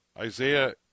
Isaiah